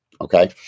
Okay